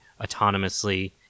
autonomously